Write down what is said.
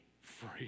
free